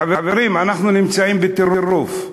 חברים, אנחנו נמצאים בטירוף.